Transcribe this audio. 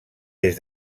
des